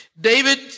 David